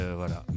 voilà